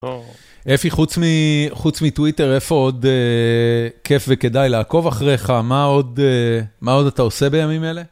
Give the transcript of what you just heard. אפי, חוץ מ... חוץ מטוויטר, איפה עוד כיף וכדאי לעקוב אחריך? מה עוד... מה עוד אתה עושה בימים אלה?